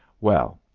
well,